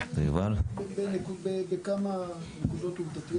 בכמה נקודות עובדתיות